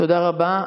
תודה רבה.